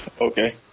Okay